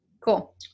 cool